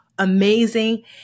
amazing